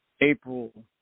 April